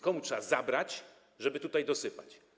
Komu trzeba zabrać, żeby tutaj dosypać?